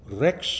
rex